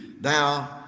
thou